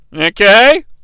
Okay